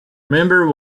member